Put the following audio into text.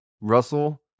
russell